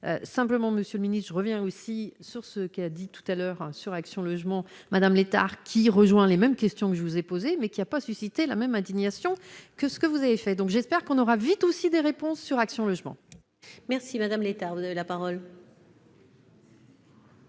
simplement Monsieur le Ministre, je reviens aussi sur ce qu'a dit tout à l'heure sur Action Logement Madame Létard qui rejoint les mêmes questions que je vous ai posée mais qu'il n'y a pas suscité la même indignation que ce que vous avez fait, donc j'espère qu'on aura vite aussi des réponses sur Action Logement. Merci Madame Létard, de la parole.